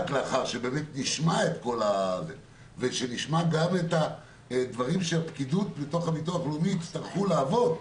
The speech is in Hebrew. לאחר שנשמע את כולם וגם דברים שהפקידים בתוך הביטוח הלאומי יצטרכו לעבור,